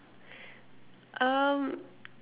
um